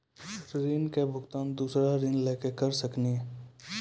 ऋण के भुगतान दूसरा ऋण लेके करऽ सकनी?